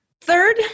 third